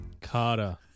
Carter